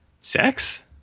Sex